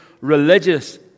religious